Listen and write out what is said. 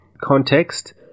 context